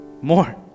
more